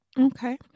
okay